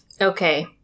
Okay